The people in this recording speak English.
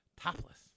topless